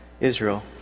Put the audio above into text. Israel